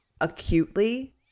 acutely